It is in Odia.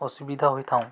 ଅସୁବିଧା ହୋଇଥାଉ